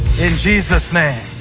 in jesus' name.